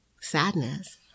sadness